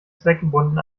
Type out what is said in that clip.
zweckgebunden